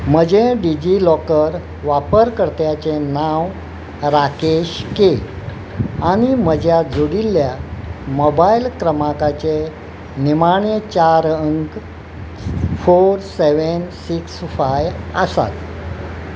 म्हजें डिजिलॉकर वापरकर्त्याचें नांव राकेश के आनी म्हज्या जोडिल्ल्या मोबायल क्रमांकाचे निमाण्य चार अंक फोर सेवेन सिक्स फाय आसात